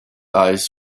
eyes